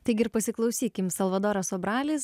taigi ir pasiklausykim salvadoro sobralis